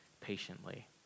patiently